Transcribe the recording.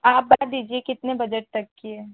आप बता दीजिए कितने बजट तक की है